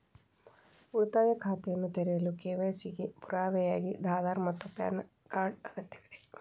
ಉಳಿತಾಯ ಖಾತೆಯನ್ನು ತೆರೆಯಲು ಕೆ.ವೈ.ಸಿ ಗೆ ಪುರಾವೆಯಾಗಿ ಆಧಾರ್ ಮತ್ತು ಪ್ಯಾನ್ ಕಾರ್ಡ್ ಅಗತ್ಯವಿದೆ